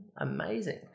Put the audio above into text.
amazing